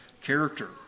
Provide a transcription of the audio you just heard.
character